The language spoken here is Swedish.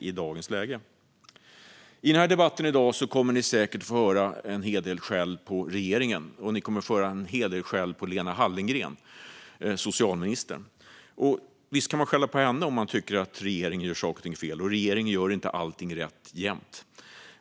I dagens debatt kommer ni säkert att få höra en del skäll på regeringen och socialminister Lena Hallengren. Visst kan man skälla på henne om man tycker att regeringen gör fel, och regeringen gör inte alltid rätt.